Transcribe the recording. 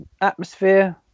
atmosphere